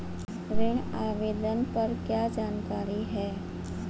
ऋण आवेदन पर क्या जानकारी है?